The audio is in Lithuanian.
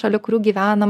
šalia kurių gyvenam